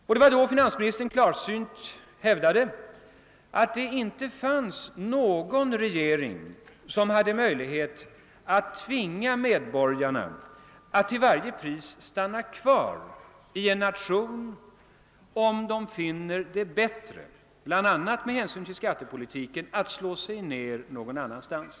Det var också då, som finansministern klarsynt hävdade, att det inte fanns någon regering som hade möjlighet att tvinga medborgarna att till varje pris stanna kvar i landet, om de finner det bättre — bl.a. med hänsyn till skattepolitiken — att slå sig ned någon annanstans.